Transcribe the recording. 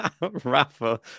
rafa